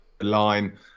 line